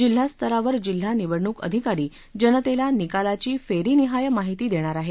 जिल्हास्तरावर जिल्हा निवडणूक अधिकारी जनतेला निकालाची फेरनिहाय माहिती देणार आहेत